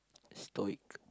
stoic